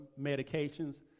medications